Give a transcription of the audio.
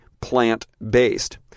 plant-based